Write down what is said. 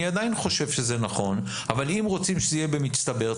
אני עדיין חושב שזה נכון אבל אם רוצים שזה יהיה במצטבר,